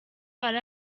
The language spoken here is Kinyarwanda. ari